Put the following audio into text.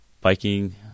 biking